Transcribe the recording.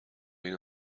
این